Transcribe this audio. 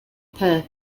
pin